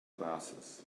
glasses